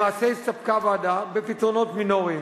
למעשה הסתפקה הוועדה בפתרונות מינוריים,